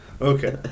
okay